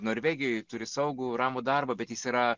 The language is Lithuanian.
norvegijoj turi saugų ramų darbą bet jis yra